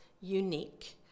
unique